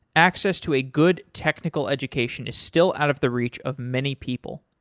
access to a good technical education is still out of the reach of many people.